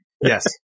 Yes